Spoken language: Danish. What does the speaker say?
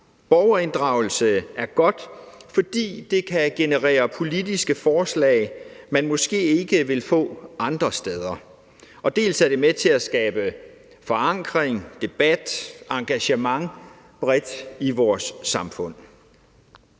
Borgerinddragelse er godt, fordi det kan generere politiske forslag, man måske ikke vil få andre steder. Og desuden er det med til at skabe forankring, debat og engagement bredt i vores samfund.